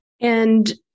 And-